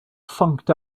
funked